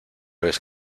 vez